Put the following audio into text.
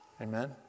Amen